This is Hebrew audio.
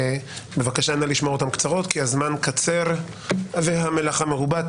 בבקשה נא לשמור אותן קצרות כי הזמן קצר והמלאכה מרובה.